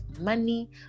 money